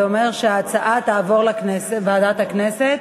העבודה והרווחה.